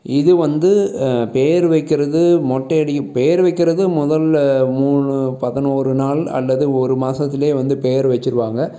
இது வந்து பெயரு வைக்கிறது மொட்டை அடி பெயர் வைக்கிறது முதல்ல மூணு பதினொறு நாள் அல்லது ஒரு மாசத்துலேயே வந்து பெயரு வச்சுருவாங்க